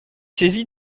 saisi